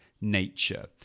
nature